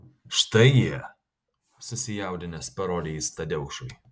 štai jie susijaudinęs parodė jis tadeušui